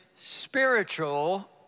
spiritual